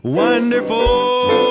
wonderful